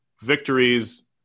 victories